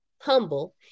humble